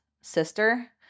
sister